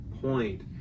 point